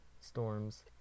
storms